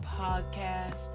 Podcast